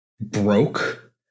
broke